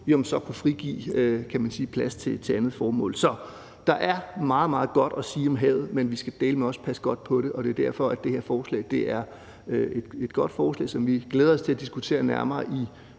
så kunne frigive plads til andet formål. Så der er meget, meget godt at sige om havet, men vi skal dæleme også passe godt på det. Og det er derfor, det her forslag er et godt forslag, som vi glæder os til at diskutere nærmere